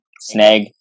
snag